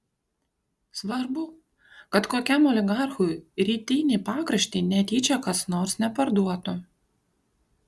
svarbu kad kokiam oligarchui rytinį pakraštį netyčia kas nors neparduotų